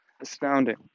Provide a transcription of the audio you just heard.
astounding